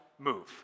move